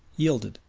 yielded,